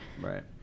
Right